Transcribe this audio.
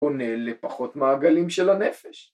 עונה לפחות מעגלים של הנפש.